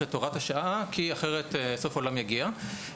את הוראת השעה כי אחרת סוף העולם יגיע.